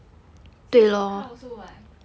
since got car also what